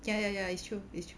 ya ya ya it's true it's true